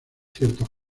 ciertos